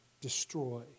destroy